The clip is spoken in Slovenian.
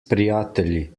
prijatelji